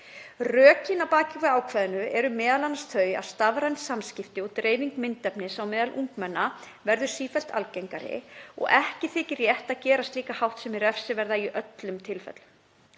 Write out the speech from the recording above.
Rökin að baki ákvæðinu eru m.a. þau að stafræn samskipti og dreifing myndefnis á meðal ungmenna verður sífellt algengari og ekki þykir rétt að gera slíka háttsemi refsiverða í öllum tilfellum.